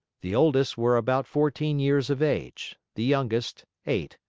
the oldest were about fourteen years of age, the youngest, eight.